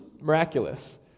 miraculous